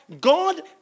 God